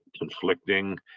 conflicting